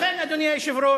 לכן, אדוני היושב-ראש,